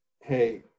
hey